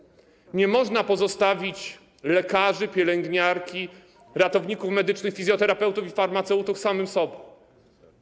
Nie można pozostawić lekarzy, pielęgniarek, ratowników medycznych, fizjoterapeutów i farmaceutów samym sobie.